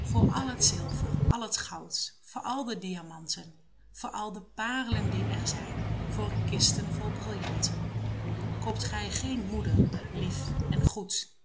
voor al het zilver al het goud voor al de diamanten voor al de paarlen die er zijn voor kisten vol brillanten koopt gij geen moeder lief en goed